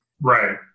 Right